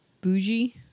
bougie